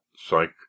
psych